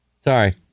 sorry